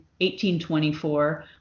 1824